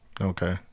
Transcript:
Okay